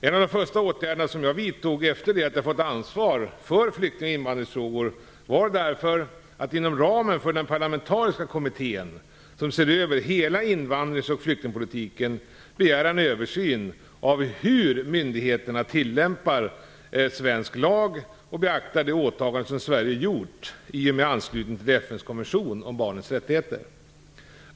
En av de första åtgärderna som jag vidtog, efter det att jag fått ansvar för flykting och invandringsfrågor, var därför att inom ramen för den parlamentariska kommittén, som ser över hela invandrings och flyktingpolitiken, begära en översyn av hur myndigheterna tillämpar svensk lag och beaktar det åtagande som Sverige gjort i och med anslutningen till FN:s konvention om barnens rättigheter.